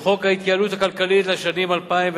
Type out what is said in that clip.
בחוק ההתייעלות הכלכלית לשנים 2009